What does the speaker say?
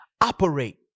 operate